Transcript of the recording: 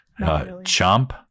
Chomp